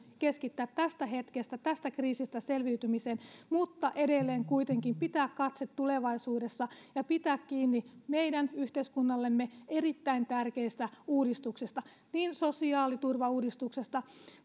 keskittää tästä hetkestä tästä kriisistä selviytymiseen mutta edelleen kuitenkin pitää katse tulevaisuudessa ja pitää kiinni meidän yhteiskunnallemme erittäin tärkeistä uudistuksista niin sosiaaliturvauudistuksesta